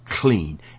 clean